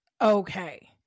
Okay